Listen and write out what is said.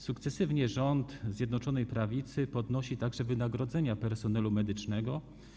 Sukcesywnie rząd Zjednoczonej Prawicy podnosi także wynagrodzenia personelu medycznego.